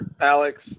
Alex